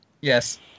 Yes